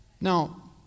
Now